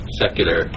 secular